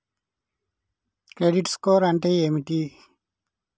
Credit score అంటే ఏమిటి?